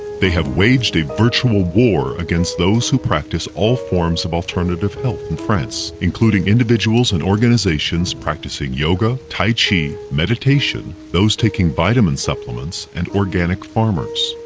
they have waged a virtual war against those who practice all forms of alternative health in france, including individuals and organizations practicing yoga, tai-chi, meditation, those taking vitamin supplements and organic farmers.